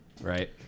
right